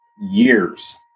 years